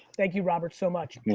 thank you robert so much, i mean